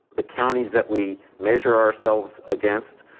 the counties that we measure ourselves against,